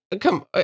come